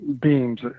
Beams